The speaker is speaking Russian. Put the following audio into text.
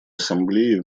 ассамблеи